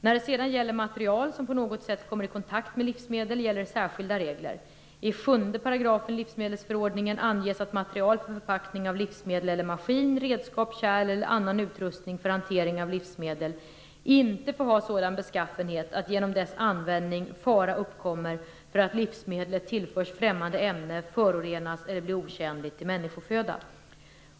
När det sedan gäller material som på något sätt kommer i kontakt med livsmedel gäller särskilda regler. I 7 § livsmedelsförordningen anges att material för förpackning av livsmedel eller maskin, redskap, kärl eller annan utrustning för hantering av livsmedel inte får ha sådan beskaffenhet att genom dess användning fara uppkommer för att livsmedlet tillförs främmande ämne, förorenas eller blir otjänligt som människoföda.